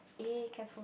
eh careful